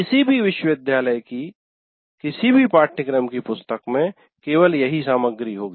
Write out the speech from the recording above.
किसी भी विश्वविद्यालय की किसी भी पाठ्यक्रम की पुस्तक में केवल यही सामग्री होगी